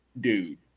dude